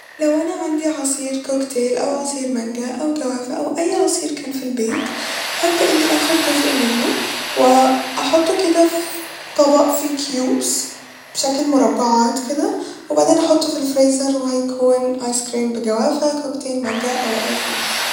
لو أنا عندي عصير كوكتيل أو عصير مانجه أو جوافة أو أي عصير كان ف البيت هبدأ إني آخد جزء منه و أحطه ف طبق في كيوبس بشكل مربعات كده وبعدين أحطه ف الفريزر و هيكون آيس كريم بجوافة كوكتيل مانجه أو اي كان عصير